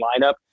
lineup